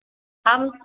اب